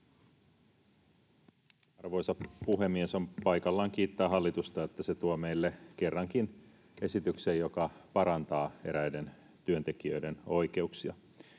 Arvoisa puhemies! On paikallaan kiittää hallitusta, että se tuo meille kerrankin esityksen, joka parantaa eräiden työntekijöiden oikeuksia.